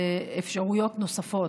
לאפשרויות נוספות,